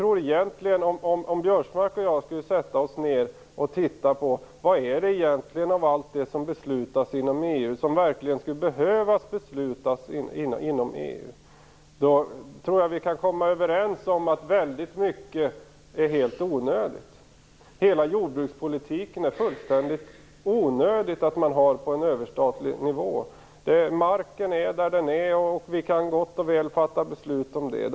Om Biörsmark och jag skulle sätta oss ned och titta på vad av allt det som beslutas inom EU som verkligen skulle behöva beslutas inom EU tror jag att vi kan komma överens om att väldigt mycket är helt onödigt. Det är fullständigt onödigt att man har jordbrukspolitiken på en överstatlig nivå. Marken finns där den finns, och vi kan gott och väl fatta beslut om den lokalt.